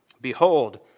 behold